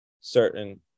certain